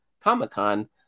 comic-con